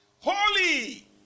holy